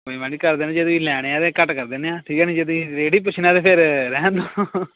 ਕੋਈ ਨਾ ਮੈਡਮ ਜੀ ਕਰ ਦਿੰਦੇ ਹਾਂ ਜੇ ਤੁਸੀਂ ਲੈਣੇ ਆ ਤਾਂ ਘੱਟ ਕਰ ਦਿੰਦੇ ਹਾਂ ਠੀਕ ਹੈ ਨਾ ਜੇ ਤੁਸੀਂ ਰੇਟ ਹੀ ਪੁੱਛਣਾ ਤਾਂ ਫਿਰ ਰਹਿਣ ਦਿਓ